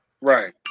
Right